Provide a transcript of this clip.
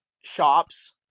shops